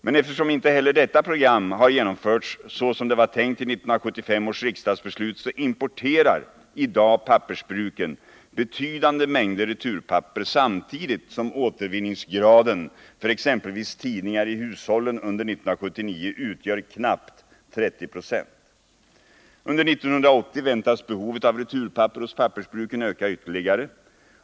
Men eftersom inte heller detta program har genomförts så som det var tänkt i 1975 års riksdagsbeslut så importerar pappersbruken i dag betydande mängder returpapper samtidigt som återvinningsgraden för exempelvis tidningar i hushållen under 1979 utgör knappt 30 96. Under 1980 väntas behovet av returpapper hos pappersbruken öka ytterligare.